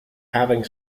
having